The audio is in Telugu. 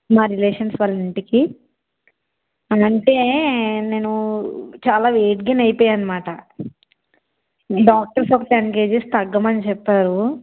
మా రిలేషన్స్ వాళ్ళ ఇంటికి అదంటే నేను చాలా వెయిట్ గైన్ అయిపోయిను అన్నమాట డాక్టర్స్ ఒక టెన్ కేజీస్ తగ్గమని చెప్పారు